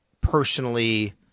personally